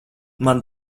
man